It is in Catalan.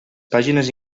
pàgines